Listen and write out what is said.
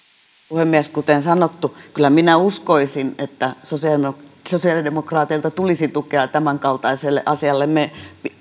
puhemies kuten sanottu kyllä minä uskoisin että sosiaalidemokraateilta tulisi tukea tämänkaltaiselle asialle me